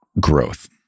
Growth